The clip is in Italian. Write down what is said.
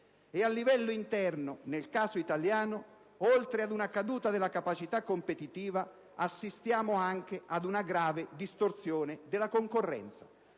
E a livello interno - nel caso italiano - oltre ad una caduta della capacità competitiva, assistiamo anche ad una grave distorsione della concorrenza,